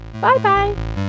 Bye-bye